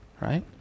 right